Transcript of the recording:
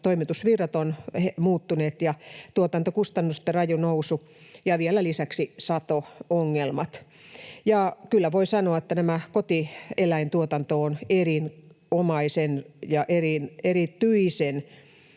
toimitusvirrat ovat muuttuneet, on tuotantokustannusten raju nousu ja vielä lisäksi sato-ongelmat. Kyllä voi sanoa, että kotieläintuotanto on erinomaisen ja erityisen